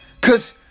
Cause